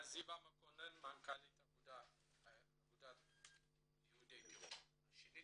זיוה מקונן מנכ"ל אגודת יהודי אתיופיה.